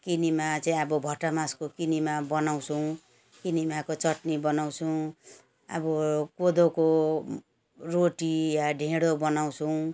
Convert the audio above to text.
किनेमा चाहिँ अब भटमासको किनेमा बनाउँछौँ किनेमाको चट्नी बनाउँछौँ अब कोदोको रोटी वा ढिँडो बनाउँछौँ